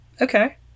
Okay